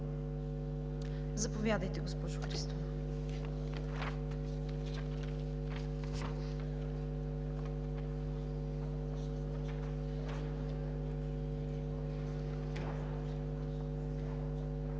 Заповядайте, госпожо Христова.